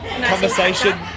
Conversation